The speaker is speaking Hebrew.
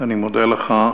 אני מודה לך.